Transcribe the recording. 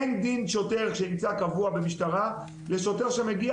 אין דין שוטר שנמצא קבוע במשטרה לשוטר שמגיע